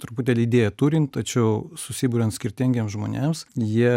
truputėlį idėją turint tačiau susiduriant skirtingiems žmonėms jie